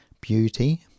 Beauty